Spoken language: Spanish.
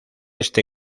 este